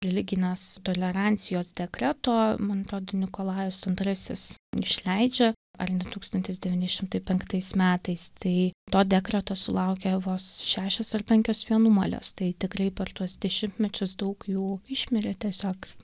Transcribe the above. religinės tolerancijos dekreto mantrodo nikolajus antrasis išleidžia ar ne tūkstantis devyni šimtai penktais metais tai to dekreto sulaukė vos šešios ar penkios vienuolės tai tikrai per tuos dešimtmečius daug jų išmirė tiesiog